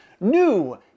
New